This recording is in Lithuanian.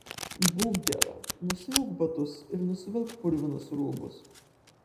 būk gera nusiauk batus ir nusivilk purvinus rūbus